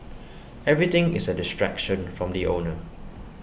everything is A distraction from the owner